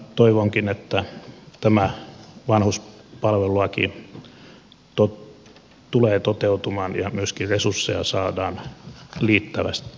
toivonkin että tämä vanhuspalvelulaki tulee toteutumaan ja myöskin resursseja saadaan riittävästi siihen